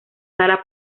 sala